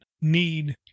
need